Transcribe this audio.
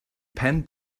pen